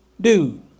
Dude